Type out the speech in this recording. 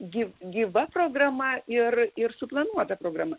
gyv gyva programa ir ir suplanuota programa